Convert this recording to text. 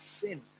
sin